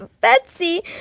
Betsy